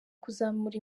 kuzamura